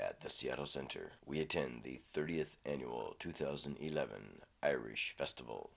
at the seattle center we attend the thirtieth annual two thousand and eleven irish festival